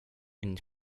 and